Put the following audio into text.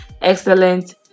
excellent